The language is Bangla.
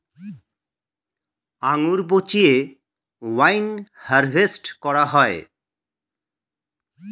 আঙ্গুর পচিয়ে ওয়াইন হারভেস্ট করা হয়